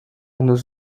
nos